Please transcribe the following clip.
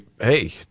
hey